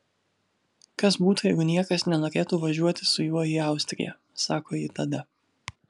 kas būtų jeigu niekas nenorėtų važiuoti su juo į austriją sako ji tada